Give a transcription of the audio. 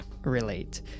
relate